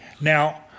Now